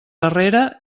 arrere